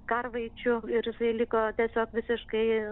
karvaičių ir jisai liko tiesiog visiškai